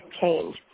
change